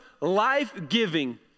life-giving